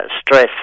stress